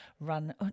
run